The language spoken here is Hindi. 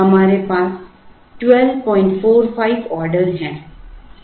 हमारे पास 1245 ऑर्डर हैं